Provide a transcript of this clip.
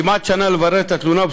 כמעט שנה לברר את התלונה,